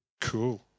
Cool